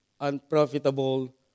unprofitable